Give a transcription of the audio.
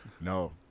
no